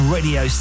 Radio